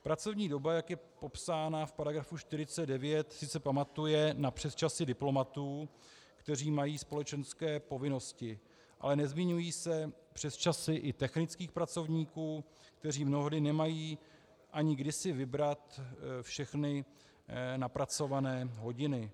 Pracovní doba, jak je popsána v § 49, sice pamatuje na přesčasy diplomatů, kteří mají společenské povinnosti, ale nezmiňují se přesčasy i technických pracovníků, kteří mnohdy nemají ani kdy si vybrat všechny napracované hodiny.